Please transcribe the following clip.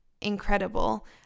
incredible